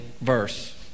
verse